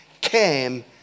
came